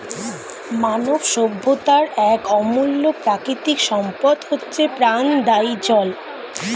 মানব সভ্যতার এক অমূল্য প্রাকৃতিক সম্পদ হচ্ছে প্রাণদায়ী জল